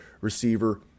receiver